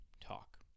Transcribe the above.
talk